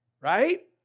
Right